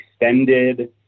extended